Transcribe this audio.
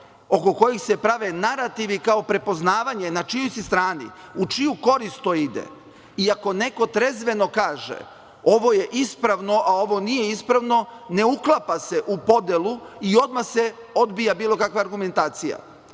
oko kojih se prave narativi kao prepoznavanje, na čijoj si strani, u čiju korist to ide. I ako neko trezveno kaže - ovo je ispravno a ovo nije ispravno, ne uklapa se u podelu i odmah se odbija bilo kakva argumentacija. Kada